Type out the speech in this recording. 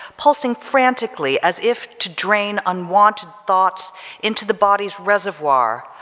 pulsing frantically as if to drain unwanted thoughts into the body's reservoir,